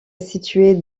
située